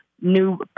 new